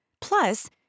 Plus